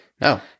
No